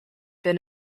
been